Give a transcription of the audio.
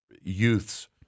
youths